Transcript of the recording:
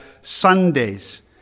Sundays